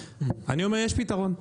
אני אומר שיש פתרון,